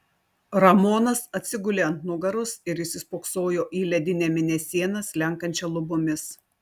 ramonas atsigulė ant nugaros ir įsispoksojo į ledinę mėnesieną slenkančią lubomis